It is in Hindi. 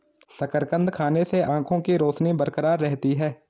शकरकंद खाने से आंखों के रोशनी बरकरार रहती है